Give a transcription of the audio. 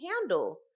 handle